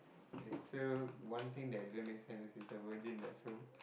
is still one thing that didn't make sense is she is a virgin in that film